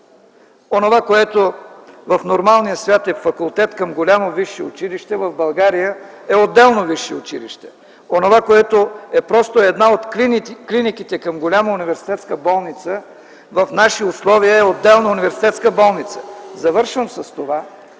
Онова, което в нормалния свят е факултет към голямо висше училище, в България е отделно висше училище; онова, което е просто една от клиниките към голяма университетска болница, в нашите условия е отделна университетска болница. Завършвам с това,